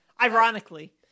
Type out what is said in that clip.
Ironically